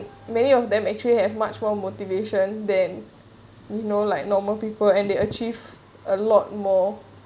many of them actually have much more motivation than no like normal people and they achieve a lot more